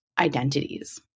identities